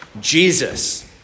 Jesus